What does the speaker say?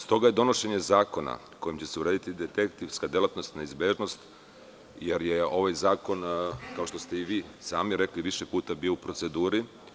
Stoga je donošenje zakona kojim će se urediti detektivska delatnost neizbežnost, jer je ovaj zakon, kao što ste i sami rekli, više puta bio u proceduri.